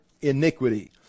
iniquity